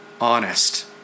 honest